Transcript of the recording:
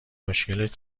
مشکلت